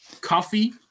coffee